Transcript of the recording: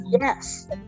yes